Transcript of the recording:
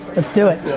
let's do it.